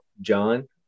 John